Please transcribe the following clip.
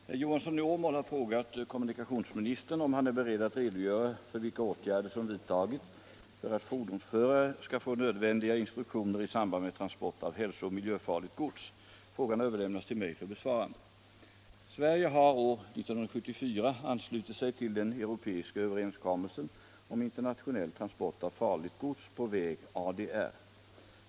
Herr talman! Herr Johansson i Åmål har frågat kommunikationsministern om han är beredd att redogöra för vilka åtgärder som vidtagits för att fordonsförare skall få nödvändiga instruktioner i samband med transport av hälsooch miljöfarligt gods. Frågan har överlämnats till mig för besvarande. Sverige har år 1974 anslutit sig till den europeiska överenskommelsen om internationell transport av farligt gods på väg — ADR.